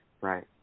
Right